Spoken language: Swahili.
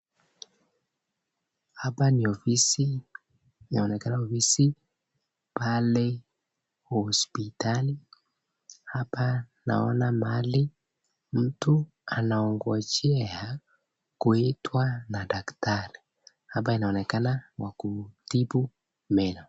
Hapa ni ofisi, inaonekana ofisi pale hosiptali, hapa naona mahali mtu anaongojea kuitwa na daktari, hapa inaonekana wa kutibu meno.